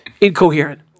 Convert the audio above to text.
incoherent